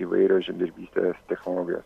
įvairios žemdirbystės technologijos